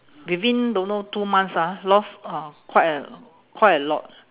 within don't know two months ah lost uh quite a quite a lot